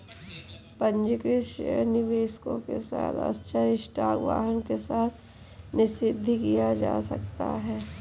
पंजीकृत शेयर निवेशकों के साथ आश्चर्य स्टॉक वाहन के साथ निषिद्ध किया जा सकता है